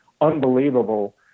unbelievable